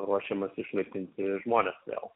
ruošiamasi išlaipinti žmones vėl